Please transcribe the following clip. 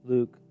Luke